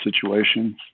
situations